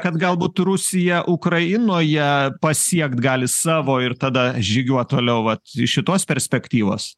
kad galbūt rusija ukrainoje pasiekt gali savo ir tada žygiuot toliau vat iš šitos perspektyvos